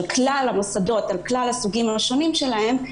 כלל המוסדות על כלל הסוגים השונים שלהם,